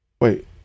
Wait